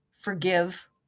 Forgive